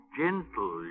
gentle